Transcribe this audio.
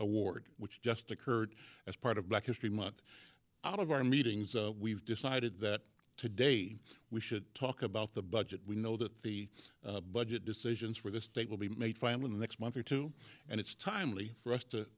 award which just occurred as part of black history month out of our meetings we've decided that today we should talk about the budget we know that the budget decisions for the state will be made final in the next month or two and it's timely for us to